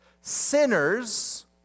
sinners